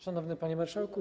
Szanowny Panie Marszałku!